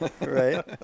Right